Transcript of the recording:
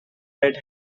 right